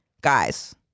guys